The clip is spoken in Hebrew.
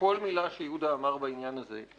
לכל מילה שיהודה אמר בעניין הזה.